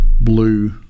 blue